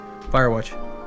Firewatch